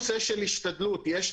60% --- אז אני אומרת,